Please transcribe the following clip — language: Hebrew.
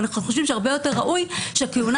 אנחנו חושבים שהרבה יותר ראוי שהכהונה